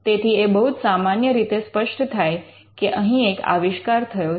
તેથી એ બહુ જ સામાન્ય રીતે સ્પષ્ટ થાય કે અહીં એક આવિષ્કાર થયો છે